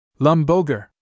Lumboger